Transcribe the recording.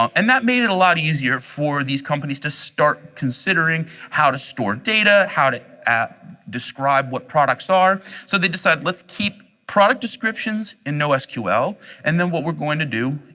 um and that made it a lot easier for these companies to start considering how to store data, how to describe describe what products are, so they decided let's keep product descriptions in nosql and then what we're going to do,